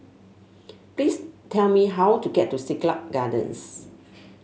please tell me how to get to Siglap Gardens